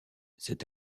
cet